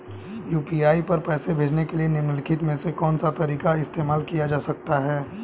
UPI पर पैसे भेजने के लिए निम्नलिखित में से कौन सा तरीका इस्तेमाल किया जा सकता है?